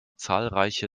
zahlreiche